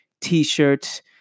t-shirts